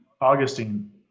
Augustine